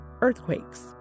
earthquakes